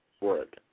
work